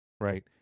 right